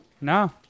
No